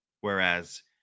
whereas